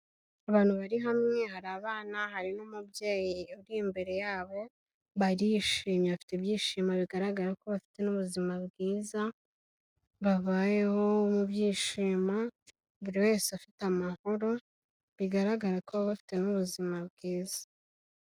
Abantu bari hamwe hari abana hari n'umubyeyi uri imbere yabo, barishimye bafite ibyishimo bigaragara ko bafite n'ubuzima bwiza, babayeho mu byishimo buri wese afite amahoro bigaragara ko baba bafite n'ubuzima bwiza.